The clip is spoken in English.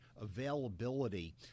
availability